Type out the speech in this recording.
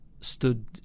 stood